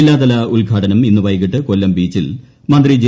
ജില്ലാതല ഉദ്ഘാടനം ഇന്ന് വൈകിട്ട് കൊല്ലം ബീച്ചിൽ മന്ത്രി ജെ